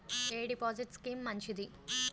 ఎ deposit scheme మంచిది?